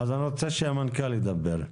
אז אני רוצה שהמנכ"ל ידבר.